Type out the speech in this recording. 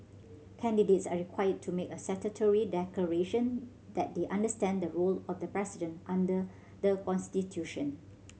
candidates are required to make a statutory declaration that they understand the role of the president under the constitution